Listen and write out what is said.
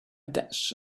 dash